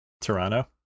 Toronto